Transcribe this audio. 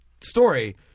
story